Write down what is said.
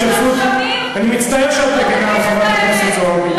אני מצטער שאת מגִנה על חברת הכנסת זועבי.